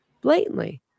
blatantly